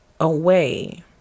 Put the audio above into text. away